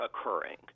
occurring